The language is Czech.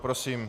Prosím.